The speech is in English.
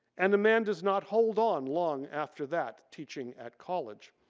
and the man does not hold on long after that teaching at college.